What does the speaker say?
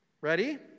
Ready